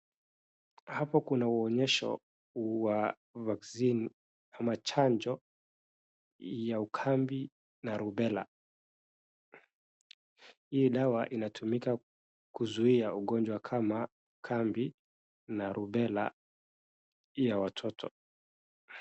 Hapa kuna uonyesho wa vaccine ama chanjo ya ukabi na rubela. Hii dawa inatumika kuzuia ugonjwa kama kabi na rubela ya watoto.